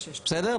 בסדר?